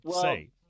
say